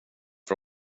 för